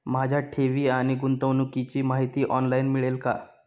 माझ्या ठेवी आणि गुंतवणुकीची माहिती ऑनलाइन मिळेल का?